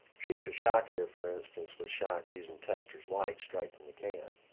future shock here for instance was shot using testor's white straight from the can.